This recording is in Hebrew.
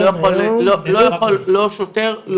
לא שוטר,